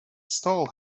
stall